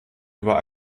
über